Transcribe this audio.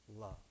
love